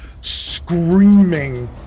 screaming